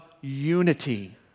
unity